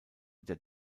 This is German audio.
der